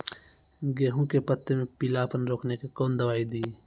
गेहूँ के पत्तों मे पीलापन रोकने के कौन दवाई दी?